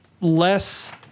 less